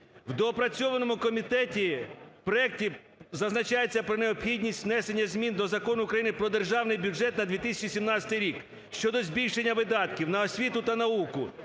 В доопрацьованому комітеті… проекті зазначається про необхідність внесення змін до Закону України "Про Державний бюджет на 2017 рік" щодо збільшення видатків на освіту та науку.